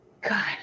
God